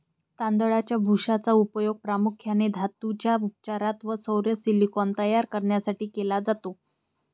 तांदळाच्या भुशाचा उपयोग प्रामुख्याने धातूंच्या उपचारात व सौर सिलिकॉन तयार करण्यासाठी केला जातो